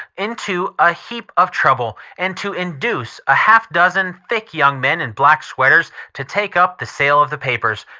into a heap of trouble, and to induce a half dozen thick young men in black sweaters to take up the sale of the papers.